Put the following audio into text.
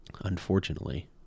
unfortunately